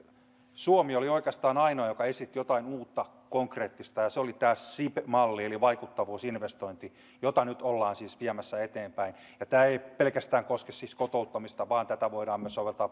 suomi oli oikeastaan ainoa joka esitti jotain uutta konkreettista ja se oli tämä sib malli eli vaikuttavuusinvestointi jota nyt ollaan viemässä eteenpäin tämä ei koske pelkästään kotouttamista vaan tätä voidaan soveltaa myös